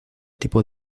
tipo